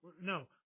no